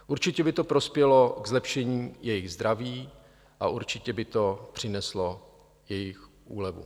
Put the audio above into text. Určitě by to prospělo k zlepšení jejich zdraví a určitě by to přineslo jejich úlevu.